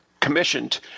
commissioned